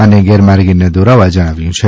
અને ગેરમાર્ગે ન દોરવા જણાવ્યું છે